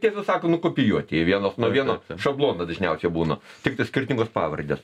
tiesą sako nukopijuoti jie vienas nuo vieno šablono dažniausiai būna tiktai skirtingos pavardės